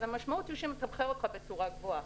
המשמעות היא שהוא מתמחר אותך בצורה גבוהה.